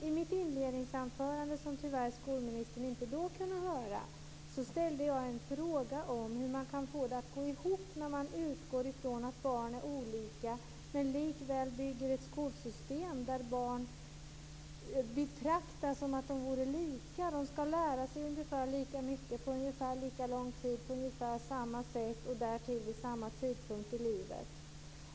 I mitt inledningsanförande, som skolministern tyvärr inte kunde höra, ställde jag en fråga om hur man får det att gå ihop när man utgår från att barn är olika men likväl bygger ett skolsystem där barn betraktas som om de vore lika. De skall lära sig ungefär lika mycket och på ungefär lika lång tid på ungefär samma sätt och därtill vid samma tidpunkt i livet.